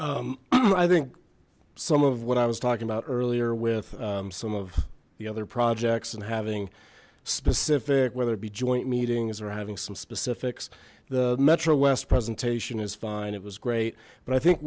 skilling i think some of what i was talking about earlier with some of the other projects and having specific whether it be joint meetings or having some specifics the metro west presentation is fine it was great but i think